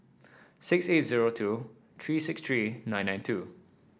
six eight zero two three six three nine nine two